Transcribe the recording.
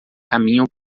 caminham